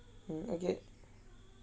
mm okay